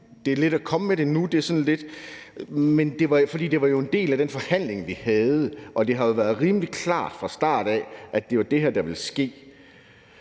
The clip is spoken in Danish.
for at man kommer med det nu. For det var jo en del af den forhandling, vi havde, og det har været rimelig klart fra starten, at det var det her, der ville ske.